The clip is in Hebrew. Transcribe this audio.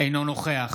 אינו נוכח